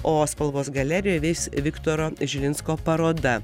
o spalvos galerijoj veiks viktoro žilinsko paroda